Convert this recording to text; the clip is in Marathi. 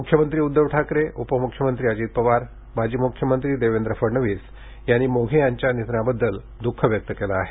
मुख्यमंत्री उद्धव ठाकरे उपमुख्यमंत्री अजित पवार माजी मुख्यमंत्री देवेंद्र फडणवीस यांनी मोघे यांच्या निधनाबद्दल दुःख व्यक्त केलं आहे